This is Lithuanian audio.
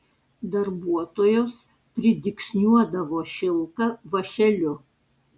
darbuotojos pridygsniuodavo šilką vąšeliu